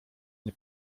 nie